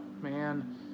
man